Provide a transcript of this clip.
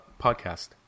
podcast